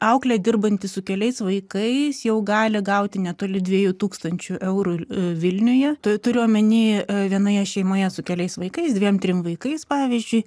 auklė dirbanti su keliais vaikais jau gali gauti netoli dviejų tūkstančių eurų vilniuje t turiu omeny vienoje šeimoje su keliais vaikais dviem trim vaikais pavyzdžiui